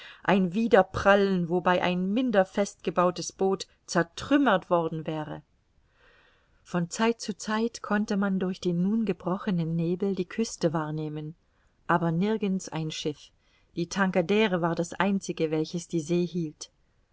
ein widerprallen wobei ein minder fest gebautes boot zertrümmert worden wäre von zeit zu zeit konnte man durch den nun gebrochenen nebel die küste wahrnehmen aber nirgends ein schiff die tankadere war das einzige welches die see hielt